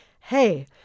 Hey